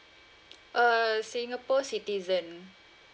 err singapore citizen